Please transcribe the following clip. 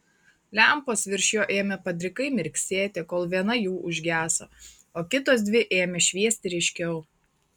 lempos virš jo ėmė padrikai mirksėti kol viena jų užgeso o kitos dvi ėmė šviesti ryškiau